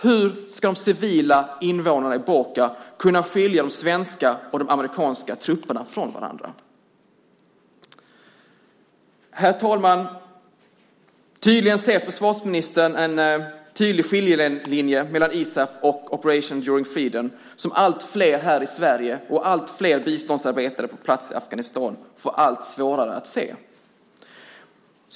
Hur ska de civila invånarna i Boka kunna skilja de svenska och de amerikanska trupperna från varandra? Herr talman! Tydligen ser försvarsministern en skiljelinje mellan ISAF och OEF som allt fler här i Sverige och allt fler biståndsarbetare på plats i Afghanistan får allt svårare att se.